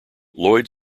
lloyd